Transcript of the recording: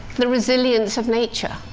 the resilience of nature.